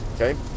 okay